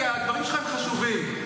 כי הדברים שלך חשובים.